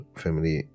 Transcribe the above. family